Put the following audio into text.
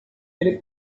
ele